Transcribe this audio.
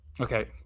okay